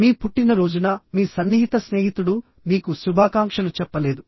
మీ పుట్టినరోజున మీ సన్నిహిత స్నేహితుడు మీకు శుభాకాంక్షలు చెప్పలేదు